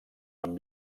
amb